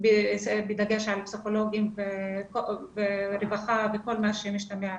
בדגש על פסיכולוגים ברווחה וכל מה שמשתמע מכך.